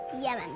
Yemen